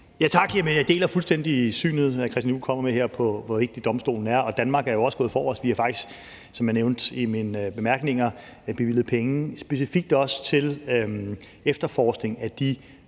Jeg deler fuldstændig det synspunkt, som hr. Christian Juhl her kommer med, om, hvor vigtig domstolen er. Danmark er jo også gået forrest og har, som jeg nævnte i mine bemærkninger, bevilget penge specifikt til efterforskningen af de